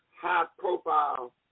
high-profile